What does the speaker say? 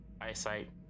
eyesight